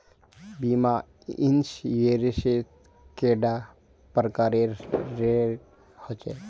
बीमा इंश्योरेंस कैडा प्रकारेर रेर होचे